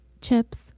Chips